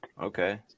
okay